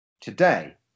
Today